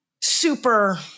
super